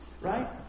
Right